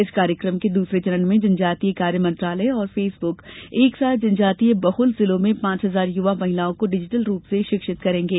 इस कार्यक्रम के दूसरे चरण में जनजातीय कार्य मंत्रालय और फेसबुक एकसाथ जनजातीय बहुल जिलों में पांच हजार युवा महिलाओं को डिजीटल रूप से शिक्षित करेंगे